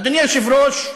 אדוני היושב-ראש,